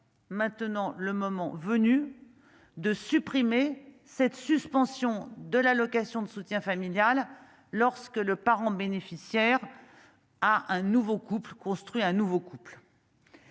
maintenant le moment venu, de supprimer cette suspension de l'allocation de soutien familial lorsque le parent bénéficiaire a un nouveau couple construit un nouveau couples.